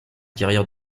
carrière